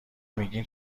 میگین